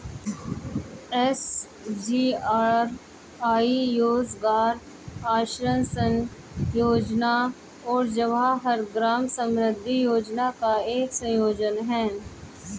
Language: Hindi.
एस.जी.आर.वाई रोजगार आश्वासन योजना और जवाहर ग्राम समृद्धि योजना का एक संयोजन है